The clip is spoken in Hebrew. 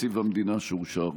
בתקציב המדינה שאושר.